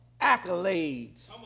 accolades